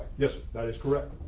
yes, that is correct.